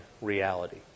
reality